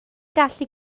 gallu